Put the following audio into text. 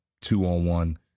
two-on-one